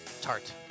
tart